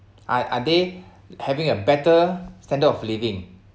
are are they having a better standard of living